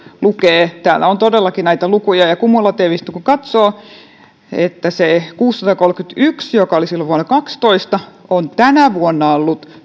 lukee täällä on todellakin näitä lukuja ja kumulatiivisesti kun katsoo niin se kuusisataakolmekymmentäyksi joka oli silloin vuonna kaksitoista on tänä vuonna ollut